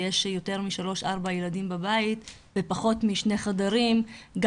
ארבעה ילדים בבית בפחות משני חדרים,